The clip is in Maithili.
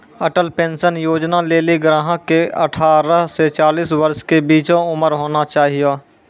अटल पेंशन योजना लेली ग्राहक के अठारह से चालीस वर्ष के बीचो उमर होना चाहियो